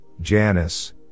Janice